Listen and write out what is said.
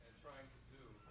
trying to